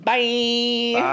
Bye